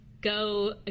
go